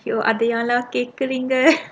அத ஏன்லா கேக்குறீங்க:atha yaenlaa kaekkureenga